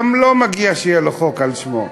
גם לו מגיע שיהיה לו חוק על שמו.